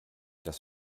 das